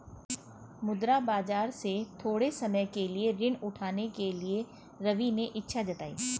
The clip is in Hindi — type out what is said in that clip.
मुद्रा बाजार से थोड़े समय के लिए ऋण उठाने के लिए रवि ने इच्छा जताई